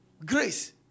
Grace